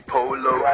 Polo